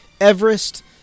Everest